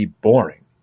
boring